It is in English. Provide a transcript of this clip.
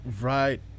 right